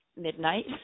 midnight